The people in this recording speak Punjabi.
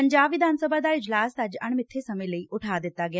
ਪੰਜਾਬ ਵਿਧਾਨ ਸਭਾ ਦਾ ਅਜਲਾਸ ਅੱਜ ਅਣਮਿੱਬੇ ਸਮੇਂ ਲਈ ਉਠਾ ਦਿੱਤਾ ਗਿਆ